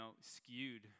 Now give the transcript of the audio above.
skewed